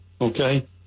Okay